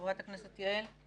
חברת הכנסת יעל רון, בבקשה.